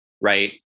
right